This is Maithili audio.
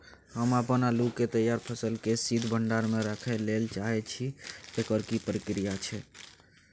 हम अपन आलू के तैयार फसल के शीत भंडार में रखै लेल चाहे छी, एकर की प्रक्रिया छै?